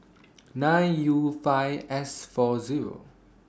nine U five S four Zero